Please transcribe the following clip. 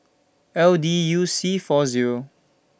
L D U C four Zero